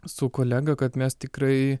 su kolega kad mes tikrai